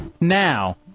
Now